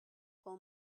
pull